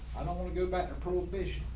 i don't want to go back to pro fish.